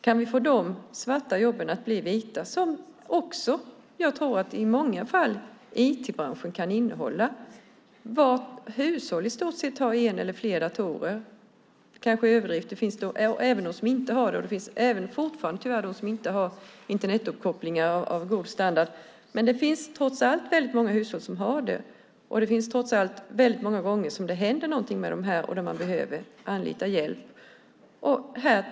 Kan vi få dessa svarta jobb att bli vita vore det bra. I många fall tror jag att IT-branschen kan innehålla sådana jobb. I dag har varje hushåll en eller flera datorer. Det var en överdrift; det finns de som inte har det. Det finns tyvärr fortfarande de som inte har Internetuppkoppling av god standard, men det är trots allt väldigt många hushåll som har det, och många gånger händer det något med detta och man behöver anlita hjälp.